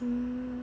hmm